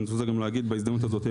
אני רוצה גם להגיד בהזדמנות הזאת,